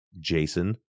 Jason